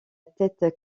tête